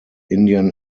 indian